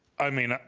i mean,